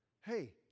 Hey